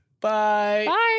Bye